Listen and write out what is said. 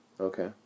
Okay